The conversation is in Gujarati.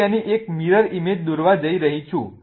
હું તેની એક મિરર ઈમેજ દોરવા જઈ રહી છું